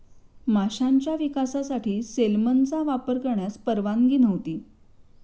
माशांच्या विकासासाठी सेलमनचा वापर करण्यास परवानगी नव्हती